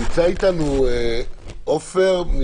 עופר,